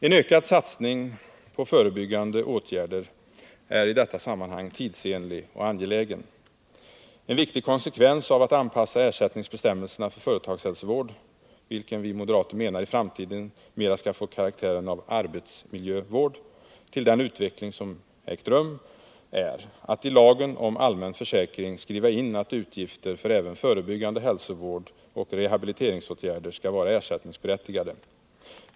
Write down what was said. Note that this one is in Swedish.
En ökad satsning på förebyggande åtgärder är i detta sammanhang tidsenlig och angelägen. En viktig konsekvens av att anpassa ersättningsbestämmelserna för företagshälsovård — vilken vi moderater menar i framtiden mera skall få karaktären av arbetsmiljövård — till den utveckling som ägt rum, är att ilagen om allmän försäkring skriva in att utgifter för även förebyggande hälsovård och rehabiliteringsåtgärder skall vara ersättningsberättigade.